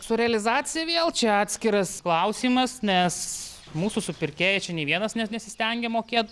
su realizacija vėl čia atskiras klausimas nes mūsų supirkėjai čia nei vienas ne nesistengia mokėt